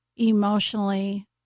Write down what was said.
emotionally